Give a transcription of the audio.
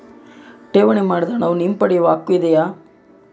ಠೇವಣಿ ಮಾಡಿದ ಹಣವನ್ನು ಹಿಂಪಡೆಯವ ಹಕ್ಕು ಇದೆಯಾ?